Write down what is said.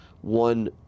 one